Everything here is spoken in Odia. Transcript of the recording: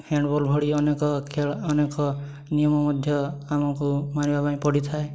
ହ୍ୟାଣ୍ଡ୍ ବଲ୍ ଭଳି ଅନେକ ଖେଳ ଅନେକ ନିୟମ ମଧ୍ୟ ଆମକୁ ମାନିବା ପାଇଁ ପଡ଼ିଥାଏ